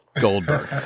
Goldberg